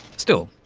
still,